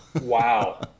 Wow